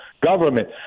government